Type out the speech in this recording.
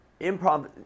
improv